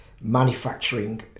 manufacturing